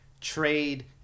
trade